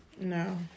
No